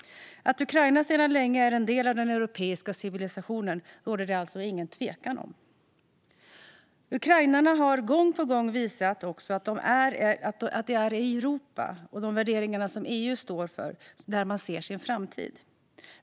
Att Ukraina sedan länge är en del av den europeiska civilisationen råder det alltså ingen tvekan om. Ukrainarna har gång på gång visat att det är i Europa och med de värderingar som EU står för som man ser sin framtid.